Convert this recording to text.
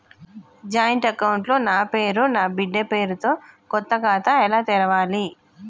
Joint account లో నా పేరు నా బిడ్డే పేరు తో కొత్త ఖాతా ఎలా తెరవాలి?